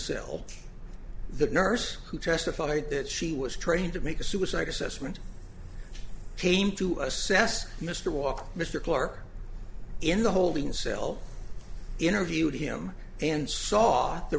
cell the nurse who testified that she was trained to make a suicide assessment came to assess mr walk mr clark in the holding cell interviewed him and saw the